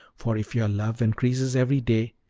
for if your love increases every day,